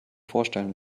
vorstellen